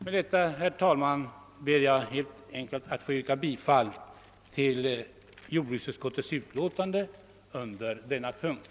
Med dessa få ord ber jag att få yrka bifall till utskottets hemställan vid denna punkt. »5. som sin mening ge Kungl. Maj:t till känna vad utskottet anfört beträffande den långsiktiga utbyggnaden av livsmedelsberedskapen.»